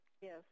Yes